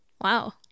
Wow